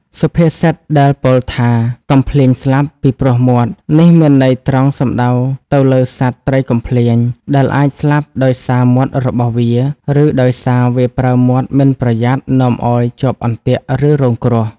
សុភាសិតដែលពោលថា កំភ្លាញស្លាប់ពីព្រោះមាត់ នេះមានន័យត្រង់សំដៅទៅលើសត្វត្រីកំភ្លាញ ដែលអាចស្លាប់ដោយសារមាត់របស់វា ឬដោយសារវាប្រើមាត់មិនប្រយ័ត្ននាំឲ្យជាប់អន្ទាក់ ឬរងគ្រោះ។